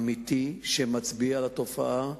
אמיתי, שמצביע על תופעה,